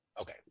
Okay